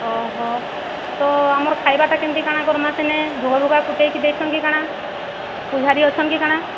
ଅହ ତ ଆମର୍ ଖାଇବାଟା କେମିତି କାଣା କର୍ମା ସେନେ ଘରୁ ବା ତୁଟେଇକି ଦେଇଛନ୍ କି କାଣା ପୂଜାରୀ ଅଛନ୍ କି କାଣା